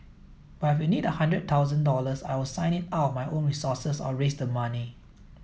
but if you need a hundred thousand dollars I'll sign it out of my own resources or raise the money